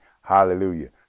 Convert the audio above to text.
Hallelujah